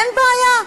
אין בעיה.